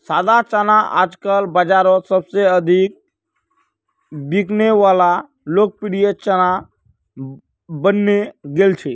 सादा चना आजकल बाजारोत सबसे अधिक बिकने वला लोकप्रिय चना बनने गेल छे